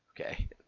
Okay